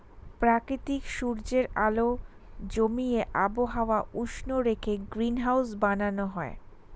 প্রাকৃতিক সূর্যের আলো জমিয়ে আবহাওয়া উষ্ণ রেখে গ্রিনহাউস বানানো হয়